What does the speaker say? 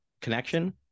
connection